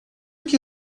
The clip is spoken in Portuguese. que